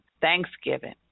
Thanksgiving